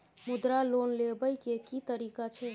मुद्रा लोन लेबै के की तरीका छै?